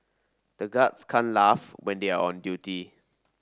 the guards can't laugh when they are on duty